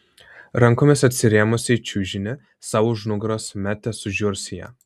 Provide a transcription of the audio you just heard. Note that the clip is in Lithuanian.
rankomis atsirėmusi į čiužinį sau už nugaros metė sužiurs į ją